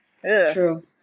True